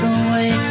away